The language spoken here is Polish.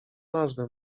nazwę